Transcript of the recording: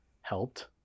helped